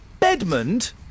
Bedmond